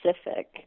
specific